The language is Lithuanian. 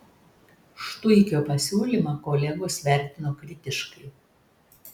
štuikio pasiūlymą kolegos vertino kritiškai